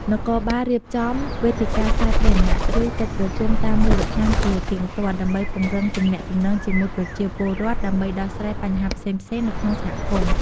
នគរបាលរៀបចំ វេទិកាសាធារណៈ ឬកិច្ចប្រជុំតាមមូលដ្ឋានជាទៀងទាត់ ដើម្បីពង្រឹងទំនាក់ទំនងជាមួយប្រជាពលរដ្ឋ ដើម្បីដោះស្រាយបញ្ហាផ្សេងៗនៅក្នុងសហគមន៍។